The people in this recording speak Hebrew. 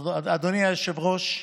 אדוני היושב-ראש,